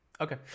Okay